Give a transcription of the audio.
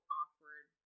awkward